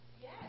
Yes